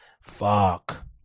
Fuck